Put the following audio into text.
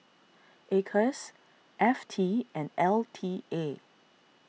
Acres F T and L T A